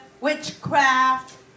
witchcraft